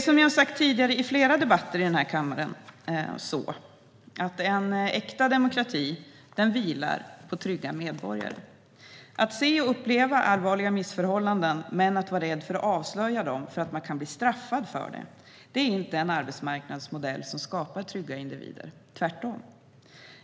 Som jag har sagt tidigare i flera debatter här i kammaren vilar en äkta demokrati på trygga medborgare. Att se och uppleva allvarliga missförhållanden men vara rädd för att avslöja dem därför att man kan bli straffad för det är inte en arbetsmarknadsmodell som skapar trygga individer - tvärtom.